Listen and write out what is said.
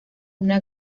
una